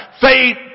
Faith